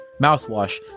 mouthwash